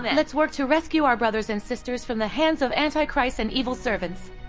and let's work to rescue our brothers and sisters from the hands of antichrists and evil servants.